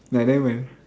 and then when